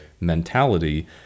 mentality